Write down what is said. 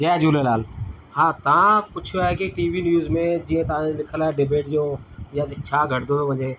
जय झूलेलाल हा तव्हां पुछियो आहे की टीवी न्यूज़ जीअं तव्हांजो लिखियलु आहे डिबेट जो या छा घटिजंदो थो वञे